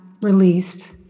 released